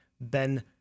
ben